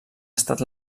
estat